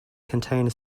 contain